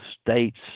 states